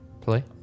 Play